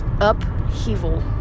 upheaval